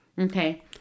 Okay